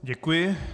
Děkuji.